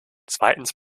zweitens